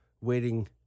waiting